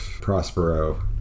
Prospero